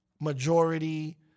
majority